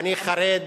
ואני חרד.